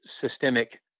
systemic